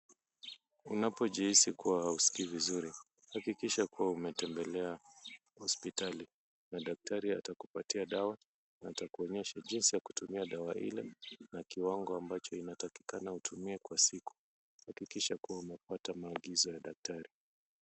Unapojihisi kuwa hausikii vizuri hakikisha kuwa umetembelea hospitali na daktari atakupatia dawa na atakuonyesha jinsi ya kutumia dawa ile na kiwango ambacho unatakikana utumie kwa siku, hakikisha kwamba umepata maagizo ya daktari.